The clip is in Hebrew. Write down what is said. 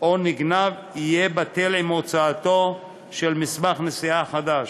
או נגנב יהיה בטל עם הוצאתו של מסמך נסיעה חדש,